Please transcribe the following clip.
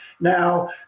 Now